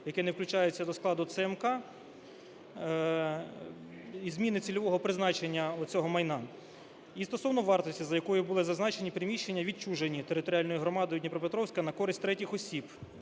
яке не включається до складу ЦМК, і зміни цільового призначення оцього майна, і стосовно вартості, за якою були зазначені приміщення відчужені територіальною громадою Дніпропетровська на користь третіх осіб